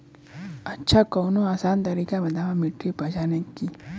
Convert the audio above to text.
अच्छा कवनो आसान तरीका बतावा मिट्टी पहचाने की?